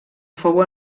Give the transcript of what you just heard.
fou